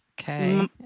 okay